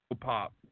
Pop